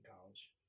college